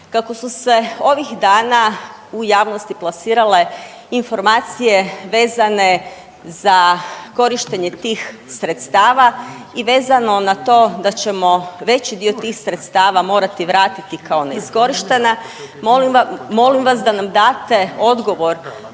Kako su se ovih dana u javnosti plasirale informacije vezane za korištenje tih sredstava i vezano na to da ćemo veći dio tih sredstava morati vratiti kao neiskorištene molim vas da nam date odgovor